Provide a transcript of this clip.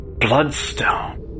Blood-stone